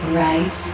right